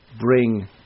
Bring